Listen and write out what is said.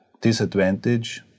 disadvantage